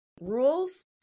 rules